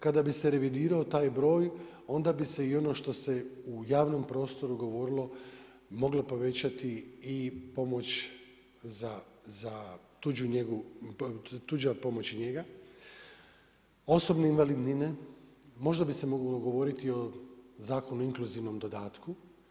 Kada bi se revidirao taj broj onda bi se i ono što se u javnom prostoru govorilo moglo povećati i pomoć za tuđu njegu, tuđa pomoć i njega, osobne invalidnine, možda bi se moglo govoriti i o Zakonu o inkluzivnom dodatku.